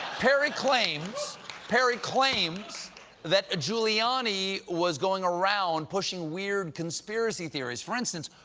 perry claims perry claims that giuliani was going around pushing weird conspiracy theories. for instance,